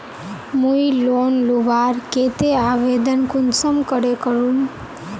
मुई लोन लुबार केते आवेदन कुंसम करे करूम?